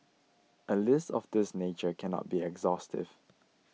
a list of this nature cannot be exhaustive